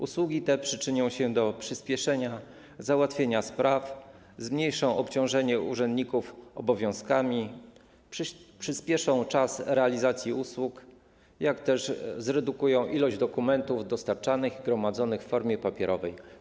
Usługi te przyczynią się do przyspieszenia załatwienia spraw, zmniejszą obciążenie urzędników obowiązkami, przyspieszą czas realizacji usług, jak też zredukują ilość dokumentów dostarczanych i gromadzonych w formie papierowej.